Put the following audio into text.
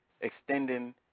extending